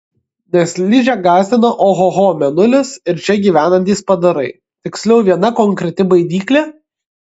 nes ližę gąsdino ohoho mėnulis ir čia gyvenantys padarai tiksliau viena konkreti baidyklė